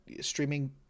streaming